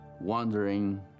wondering